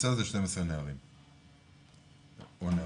קבוצה זה 12 נערים או נערות,